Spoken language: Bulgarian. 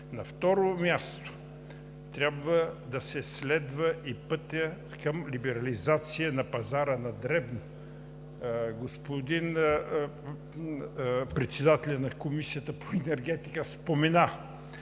На второ място, трябва да се следва и пътят към либерализация на пазара на дребно. Господин председателят на Комисията по енергетика спомена,